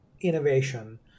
innovation